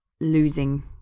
losing